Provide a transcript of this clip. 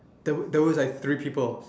there there was like three people